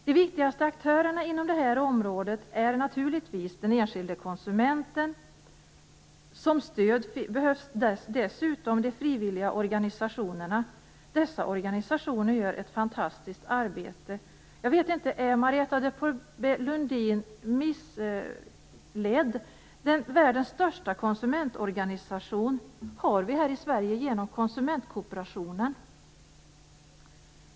De viktigaste aktörerna inom det här området är naturligtvis de enskilda konsumenterna. Som stöd behövs de frivilliga organisationerna. Dessa organisationer gör ett fantastiskt arbete. Jag vet inte om Marietta de Porbaix-Lundin är missledd, men vi har världens största konsumentorganisation här i Sverige genom konsumentkooperationen.